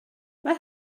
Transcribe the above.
mae